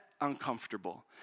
uncomfortable